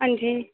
अंजी